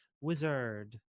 Wizard